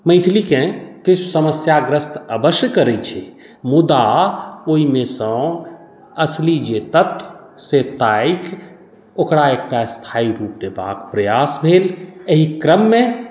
मैथिलीकेँ किछु समस्याग्रस्त अवश्य करैत छै मुदा ओहिमे सँ असली जे तत्व से ताकि ओकरा एकटा स्थायी रूप देबाक प्रयास भेल एहि क्रममे